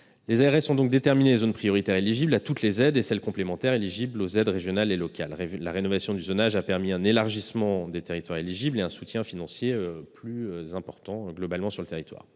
Les ARS ont donc déterminé les zones prioritaires éligibles à toutes les aides, ainsi que des zones complémentaires éligibles aux aides régionales et locales. La rénovation du zonage a permis un élargissement des territoires éligibles et un soutien financier plus important sur l'ensemble du territoire.